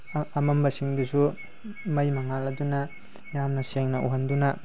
ꯑꯃꯝꯕꯁꯤꯡꯗꯨꯁꯨ ꯃꯩ ꯃꯉꯥꯜ ꯑꯗꯨꯅ ꯌꯥꯝꯅ ꯁꯦꯡꯅ ꯎꯍꯟꯗꯨꯅ